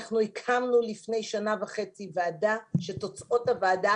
אנחנו הקמנו לפני שנה וחצי ועדה שתוצאות הוועדה